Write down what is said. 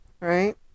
right